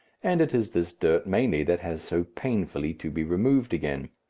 and it is this dirt mainly that has so painfully to be removed again.